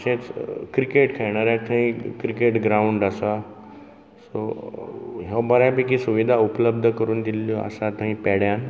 तशेंच क्रिकेट खेळणाऱ्याक थंय क्रिकेट ग्रावंड आसा हो बऱ्यापैकी सुविदा उपलब्ध करून दिल्ल्यो आसा थंय पेड्यां